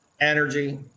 energy